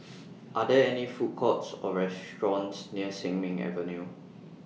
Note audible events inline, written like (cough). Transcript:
(noise) Are There any Food Courts Or restaurants near Sin Ming Avenue